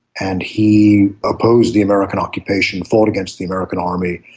and he opposed the american occupation, fought against the american army,